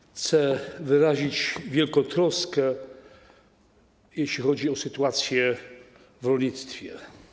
Chcę wyrazić wielką troskę, jeśli chodzi o sytuację w rolnictwie.